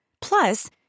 plus